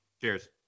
Cheers